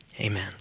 Amen